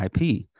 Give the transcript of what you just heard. IP